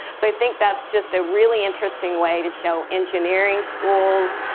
so i think that's just a really interesting way to show engineering schools,